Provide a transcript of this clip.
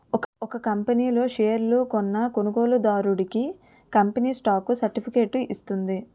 ఒక కంపనీ లో షేర్లు కొన్న కొనుగోలుదారుడికి కంపెనీ స్టాక్ సర్టిఫికేట్ ఇస్తుంది